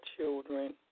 children